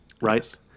Right